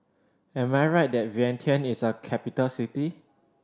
am I right that Vientiane is a capital city